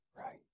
right